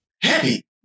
happy